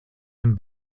dem